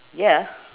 ya